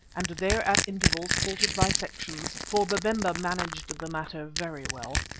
and there at intervals halted by sections, for babemba managed the matter very well.